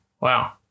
Wow